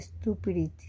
stupidity